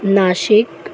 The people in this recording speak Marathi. नाशिक